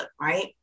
right